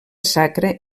sacra